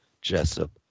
Jessup